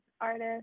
artist